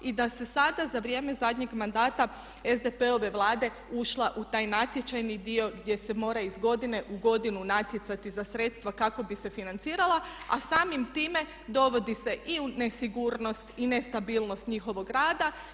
I da se sada za vrijeme zadnjeg mandata SDP-ove Vlade ušla u taj natječajni dio gdje se mora iz godine u godinu natjecati za sredstva kako bi se financirala a samim time dovodi se i u nesigurnost i nestabilnost njihovog rada.